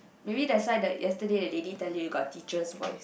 maybe that's why the yesterday the lady tell you you got teacher's voice